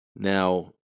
Now